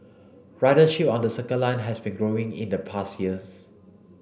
ridership on the Circle Line has been growing in the past years